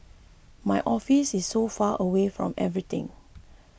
my office is so far away from everything